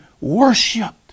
worshipped